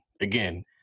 Again